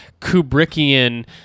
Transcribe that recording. Kubrickian